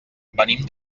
venim